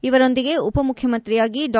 ಇವರೊಂದಿಗೆ ಉಪಮುಖ್ಯಮಂತ್ರಿಯಾಗಿ ಡಾ